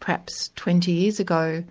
perhaps twenty years ago,